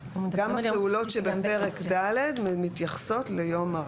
גם הפעולות שבפרק ד' מתייחסות ליום הרב.